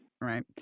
Right